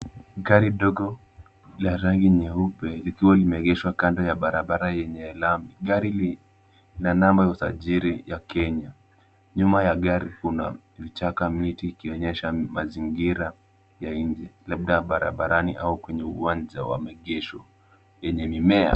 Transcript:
Gari dogo, la rangi nyeupe, likiwa limeegeshwa kando ya barabara yenye lami. Gari lina namba ya usajili ya Kenya. Nyuma ya gari kuna vichaka, miti ikionyesha mazingira ya inje. Labda barabarani au kwenye uwanja wa maegesho yenye mimea.